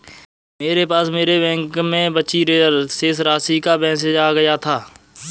मेरे पास मेरे बैंक में बची शेष राशि का मेसेज आ गया था